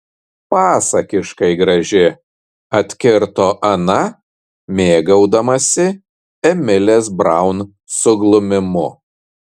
pasakiškai graži atkirto ana mėgaudamasi emilės braun suglumimu